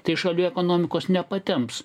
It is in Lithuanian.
tai šalių ekonomikos nepatemps